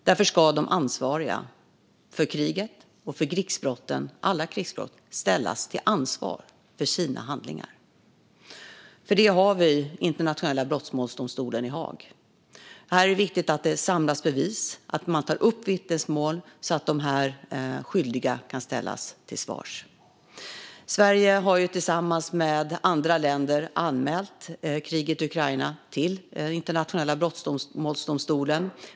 Därför ska de ansvariga för kriget och för alla krigsbrott ställas till ansvar för sina handlingar. För detta har vi Internationella brottmålsdomstolen i Haag. Här är det viktigt att det samlas bevis och att vittnesmål tas upp så att de skyldiga kan ställas till svars. Sverige har tillsammans med andra länder anmält kriget i Ukraina till Internationella brottmålsdomstolen.